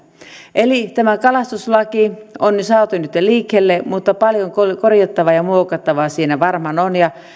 eli tämä kalastuslaki on saatu nyt jo liikkeelle mutta paljon korjattavaa ja muokattavaa siinä varmaan on